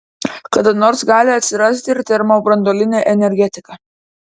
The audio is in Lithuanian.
kada nors gali atsirasti ir termobranduolinė energetika